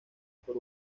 por